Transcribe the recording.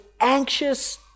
anxious